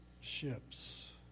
ships